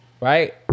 Right